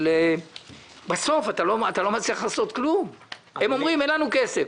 אבל בסוף אתה לא מצליח לעשות כלום כי הם אומרים: אין לנו כסף.